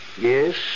yes